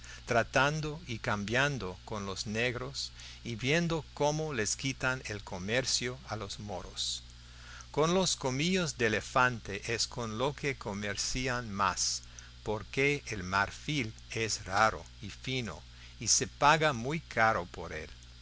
tratando y cambiando con los negros y viendo cómo les quitan el comercio a los moros con los colmillos del elefante es con lo que comercian más porque el marfil es raro y fino y se paga muy caro por él